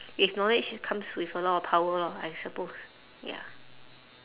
with knowledge comes with a lot of power lor I suppose ya